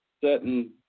certain